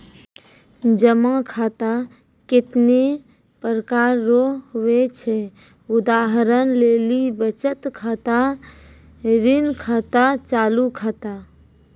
जमा खाता कतैने प्रकार रो हुवै छै उदाहरण लेली बचत खाता ऋण खाता चालू खाता